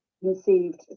Conceived